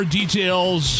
details